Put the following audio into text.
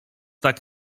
tak